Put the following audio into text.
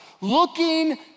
looking